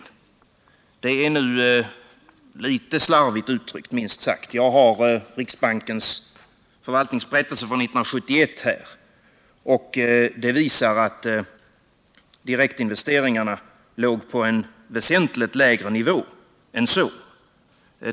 Det är litet slarvigt uttryckt, minst sagt. Jag har riksbankens förvaltningsberättelse för 1971 här, och den visar att direktinvesteringarna låg på en väsentligt lägre nivå än så.